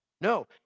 No